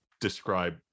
describe